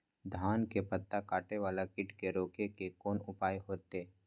धान के पत्ता कटे वाला कीट के रोक के कोन उपाय होते?